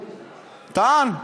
טען.